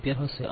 33Amp હશે